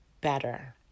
better